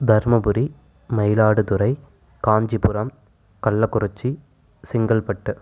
Dharmapuri Mayiladuthurai Kanchipuram Kallakurichi Chengalpattu